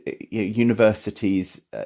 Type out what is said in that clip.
universities